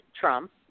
Trump